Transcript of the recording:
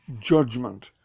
judgment